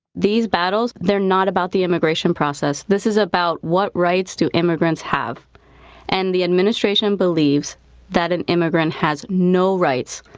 these battles, they're not about the immigration process. this is about what rights do immigrants have and the administration believes that an immigrant has no rights,